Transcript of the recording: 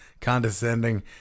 condescending